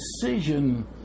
decision